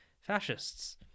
fascists